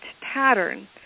pattern